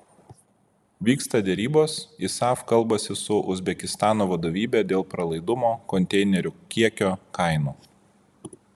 vyksta derybos isaf kalbasi su uzbekistano vadovybe dėl pralaidumo konteinerių kiekio kainų